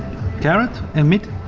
carrot, and meat.